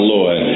Lord